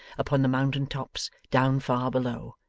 upon the mountain tops down far below,